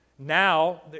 Now